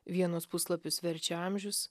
vienus puslapius verčia amžius